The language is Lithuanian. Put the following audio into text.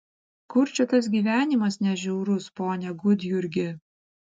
kur čia tas gyvenimas ne žiaurus pone gudjurgi